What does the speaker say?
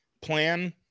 plan